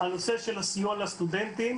הנושא של הסיוע לסטודנטים,